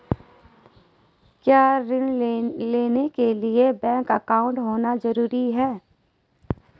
क्या ऋण लेने के लिए बैंक अकाउंट होना ज़रूरी है?